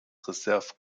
reserve